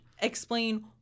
explain